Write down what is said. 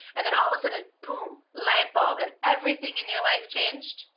and then all of a sudden, boom, light bulb, and everything in your life changed?